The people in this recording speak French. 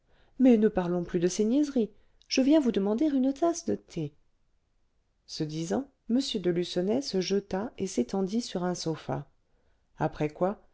mais ne parlons plus de ces niaiseries je viens vous demander une tasse de thé ce disant m de lucenay se jeta et s'étendit sur un sofa après quoi